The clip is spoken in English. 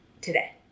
today